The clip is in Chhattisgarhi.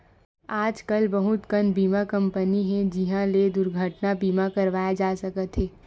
आजकल बहुत कन बीमा कंपनी हे जिंहा ले दुरघटना बीमा करवाए जा सकत हे